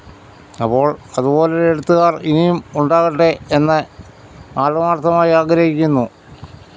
അപ്പോൾ അതുപോലെ എഴുത്തുകാർ ഇനിയും ഉണ്ടാകട്ടെ എന്ന് ആത്മാർത്ഥമായി ആഗ്രഹിക്കുന്നു